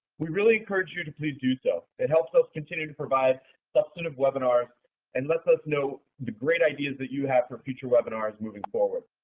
we really encourage you to please do so. it helps us continue to provide substantive webinars and lets us know the great ideas that you have for future webinars moving forward.